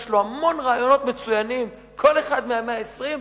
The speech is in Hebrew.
כל אחד מה-120,